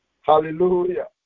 Hallelujah